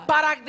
Para